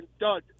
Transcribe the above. dud